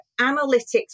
analytics